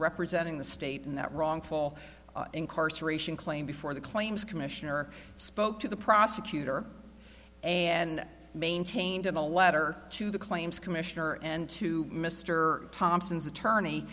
representing the state in that wrongful incarceration claim before the claims commissioner spoke to the prosecutor and maintained in a letter to the claims commissioner and to mr thompson's attorney